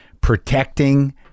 protecting